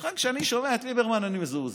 לכן, כשאני שומע את ליברמן אני מזועזע.